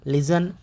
Listen